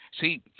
see